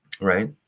Right